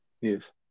Yes